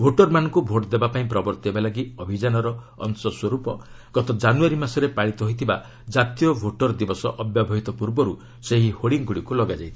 ଭୋଟରମାନଙ୍କୁ ଭୋଟ୍ ଦେବା ପାଇଁ ପ୍ରବର୍ତ୍ତାଇବା ଲାଗି ଅଭିଯାନର ଅଂଶସ୍ୱରୂପ ଗତ କାନୁଆରୀ ମାସରେ ପାଳିତ ହୋଇଥିବା ଜାତୀୟ ଭୋଟର ଦିବସ ଅବ୍ୟବହିତ ପୂର୍ବରୁ ସେହି ହୋର୍ଡିଂଗୁଡ଼ିକୁ ଲଗାଯାଇଥିଲା